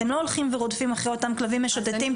אתם לא הולכים ורודפים אחרי אותם כלבים משוטטים,